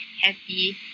happy